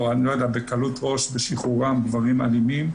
או בקלות ראש בשחרורם של גברים אלימים,